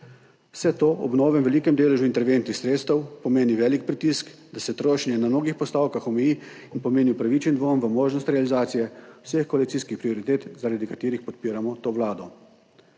Vse to ob novem velikem deležu interventnih sredstev pomeni velik pritisk, da se trošenje na mnogih postavkah omeji, in pomeni upravičen dvom v možnost realizacije vseh koalicijskih prioritet, zaradi katerih podpiramo to Vlado.